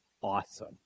awesome